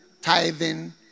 Tithing